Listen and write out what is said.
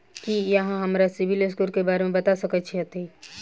की अहाँ हमरा सिबिल स्कोर क बारे मे बता सकइत छथि?